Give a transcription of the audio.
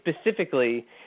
specifically